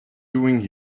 doing